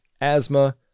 asthma